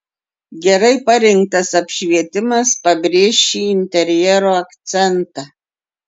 gerai parinktas apšvietimas pabrėš šį interjero akcentą